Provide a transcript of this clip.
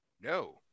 No